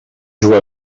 jugar